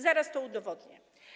Zaraz to udowodnię.